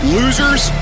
losers